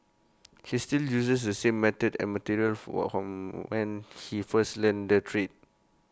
he still uses the same method and materials from whom when he first learnt the trade